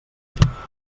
lleganyes